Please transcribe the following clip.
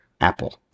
Apple